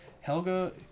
Helga